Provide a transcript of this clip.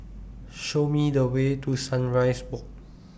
Show Me The Way to Sunrise Walk